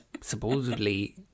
supposedly